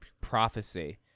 prophecy